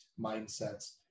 mindsets